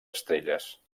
estrelles